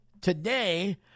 today